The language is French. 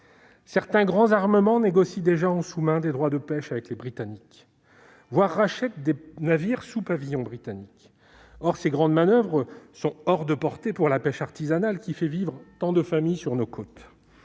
Certains grands armements négocient déjà en sous-main des droits de pêche avec les Britanniques, voire rachètent des navires sous pavillon britannique. Or ces grandes manoeuvres sont hors de portée pour la pêche artisanale, qui fait vivre tant de familles sur nos côtes.